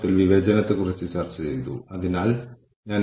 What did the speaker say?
പിന്നെ തൊഴിലാളികളുടെ സ്ഥിരത മറ്റൊന്നാണ്